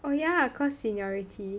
oh yeah cause seniority